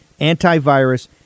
antivirus